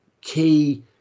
key